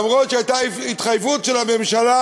אף שהייתה התחייבות של הממשלה,